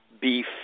beef